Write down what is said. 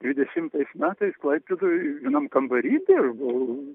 dvidešimtais metais klaipėdoj vienam kambary dirbau